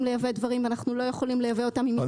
לייבא דברים ואנחנו לא יכולים לייבא אותם --- אני